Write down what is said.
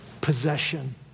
possession